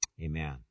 amen